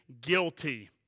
guilty